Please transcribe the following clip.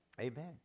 Amen